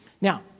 Now